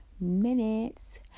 minutes